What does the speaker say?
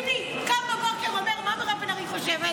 ביבי קם בבוקר ואומר: מה מירב בן ארי חושבת,